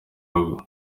rugo